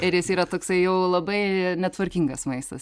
ir jis yra toksai jau labai netvarkingas maistas